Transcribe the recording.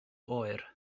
oer